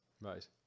Right